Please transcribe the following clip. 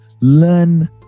learn